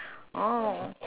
oh